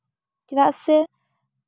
ᱪᱮᱫᱟᱜ ᱥᱮ